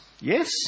Yes